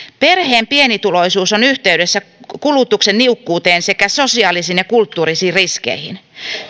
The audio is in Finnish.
perheen pienituloisuus on yhteydessä kulutuksen niukkuuteen sekä sosiaalisiin ja kulttuurisiin riskeihin